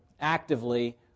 actively